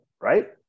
right